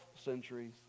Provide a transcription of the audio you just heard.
centuries